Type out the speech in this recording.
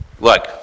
look